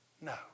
no